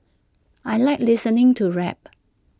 I Like listening to rap